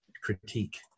critique